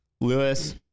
Lewis